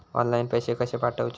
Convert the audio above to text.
Online पैसे कशे पाठवचे?